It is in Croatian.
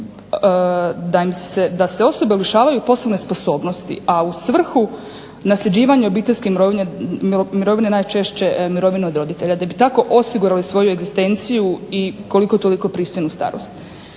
da se osobe lišavaju poslovne sposobnosti, a u svrhu nasljeđivanja obiteljske mirovine, najčešće mirovine od roditelja da bi tako osigurali svoju egzistenciju i koliko toliko pristojnu starost.